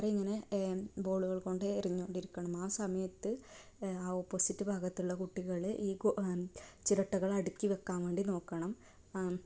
ആൾക്കാരെ ഇങ്ങനെ ബോളുകൾ കൊണ്ട് എറിഞ്ഞു കൊണ്ടിരിക്കണം ആ സമയത്ത് ആ ഓപ്പോസിറ്റ് ഭാഗത്തുള്ള കുട്ടികൾ ഈ ചിരട്ടകൾ അടുക്കിവെക്കാൻ വേണ്ടി നോക്കണം